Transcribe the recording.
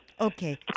Okay